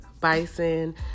bison